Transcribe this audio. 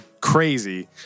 crazy